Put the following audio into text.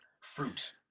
Fruit